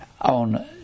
on